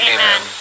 Amen